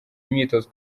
imyitozo